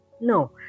No